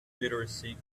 literacy